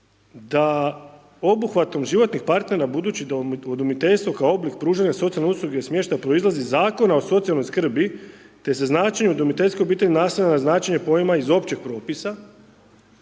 da obuhvatom životnih partnera budući da udomiteljstvo kao oblik pružanja socijalne usluge smještaja proizlazi Zakona o socijalnoj skrbi, te se značenju udomiteljskoj obitelji naslanja na značenje pojma iz općeg propisa.